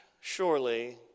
surely